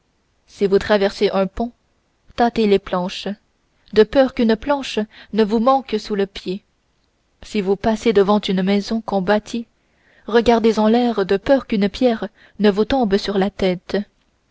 si vous traversez un pont tâtez les planches de peur qu'une planche ne vous manque sous le pied si vous passez devant une maison qu'on bâtit regardez en l'air de peur qu'une pierre ne vous tombe sur la tête